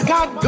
God